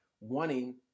wanting